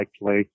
likely